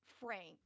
Frank